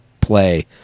play